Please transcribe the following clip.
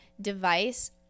device